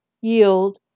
yield